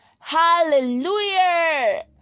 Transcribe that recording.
Hallelujah